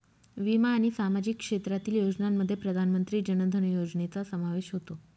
विमा आणि सामाजिक क्षेत्रातील योजनांमध्ये प्रधानमंत्री जन धन योजनेचा समावेश होतो